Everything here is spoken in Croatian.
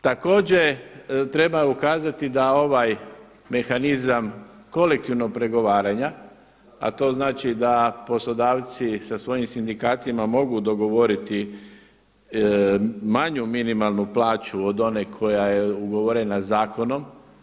Također treba ukazati da ovaj mehanizam kolektivnog pregovaranja a to znači da poslodavci sa svojim sindikatima mogu dogovoriti manju minimalnu plaću od one koja je ugovorena zakonom.